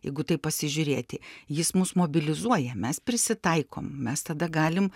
jeigu taip pasižiūrėti jis mus mobilizuoja mes prisitaikom mes tada galim